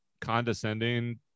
condescending